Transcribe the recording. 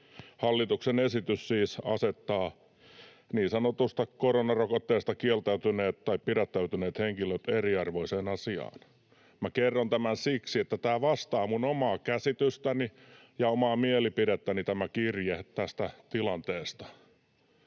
Hallituksen esitys siis asettaa niin sanotusta koronarokotteesta kieltäytyneet tai pidättäytyneet henkilöt eriarvoiseen asemaan.” Minä kerron tämän siksi, että tämä kirje vastaa minun omaa käsitystäni ja omaa mielipidettäni tästä tilanteesta.